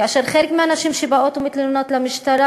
כאשר חלק מהנשים שבאות ומתלוננות למשטרה,